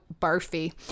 barfy